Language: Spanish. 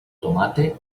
tomate